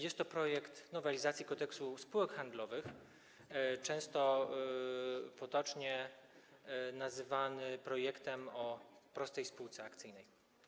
Jest to projekt nowelizacji Kodeksu spółek handlowych, często potocznie nazywany projektem o prostej spółce akcyjnej.